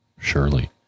Surely